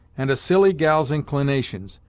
and a silly gal's inclinations,